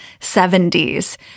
70s